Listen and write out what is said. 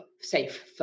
safe